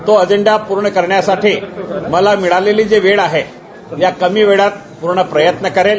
तो अजेंडा पूर्ण करण्यासाठी मला मिळालेली जी वेळ आहे या कमी वेळात प्र्ण प्रयत्न करेल